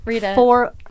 four